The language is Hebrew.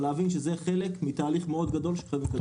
אבל צריך להבין שזה חלק מתהליך מאוד גדול שחייבים לתת עליו את הדעת.